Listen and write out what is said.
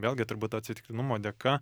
vėlgi turbūt atsitiktinumo dėka